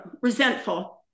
resentful